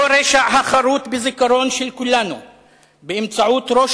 אותו רשע החרות בזיכרון של כולנו באמצעות ראש